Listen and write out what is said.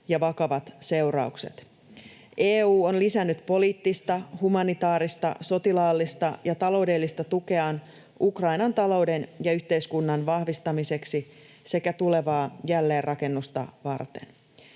ja vakavat seuraukset. EU on lisännyt poliittista, humanitaarista, sotilaallista ja taloudellista tukeaan Ukrainan talouden ja yhteiskunnan vahvistamiseksi sekä tulevaa jälleenrakennusta varten.